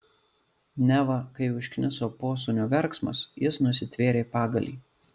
neva kai užkniso posūnio verksmas jis nusitvėrė pagalį